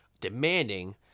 demanding